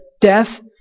death